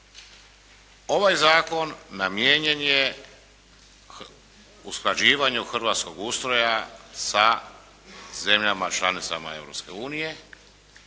Ovaj zakon namijenjen je usklađivanju hrvatskog ustroja sa zemljama članicama